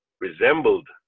resembled